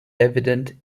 evident